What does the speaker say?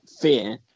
fear